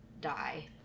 die